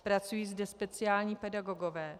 Pracují zde speciální pedagogové.